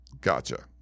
Gotcha